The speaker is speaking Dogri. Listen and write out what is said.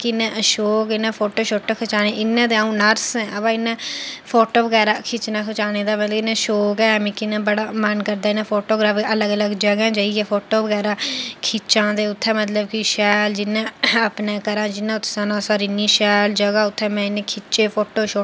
किन्ना शौक इ'नेंई फोटो शोटो खचाने दा इ'यां ते अ'ऊं नर्स ऐं अवा इ'यां फोटो बगैरा खिच्चने खचाने दा मतलब शौक ऐ मिगी इ'यां बड़ा मन करदा ऐ फोटोग्राफी अलग अलग जगह जाइयै फोटो बगैरा खिच्चां ते उत्थें मतलब कि शैल जियां अपने करां जियां सनासर इन्नी शैल जगह उत्थें में इन्ने खिच्चे फोटो